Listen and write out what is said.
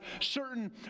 certain